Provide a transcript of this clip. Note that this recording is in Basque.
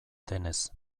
denez